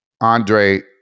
Andre